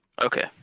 okay